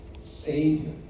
Savior